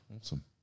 awesome